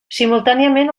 simultàniament